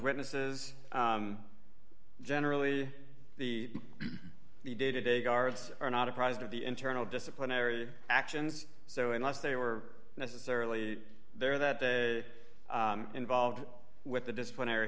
witnesses generally the the day to day guards are not apprised of the internal disciplinary actions so unless they were necessarily there that it involved with the disciplinary